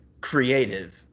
creative